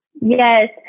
Yes